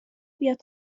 بیاد